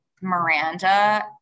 Miranda